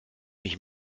nicht